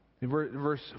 Verse